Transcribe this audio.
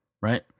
Right